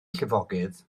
llifogydd